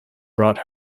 brought